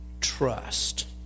Trust